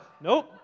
Nope